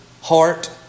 heart